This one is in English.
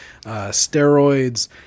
steroids